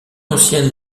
ancienne